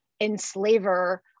enslaver